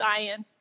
science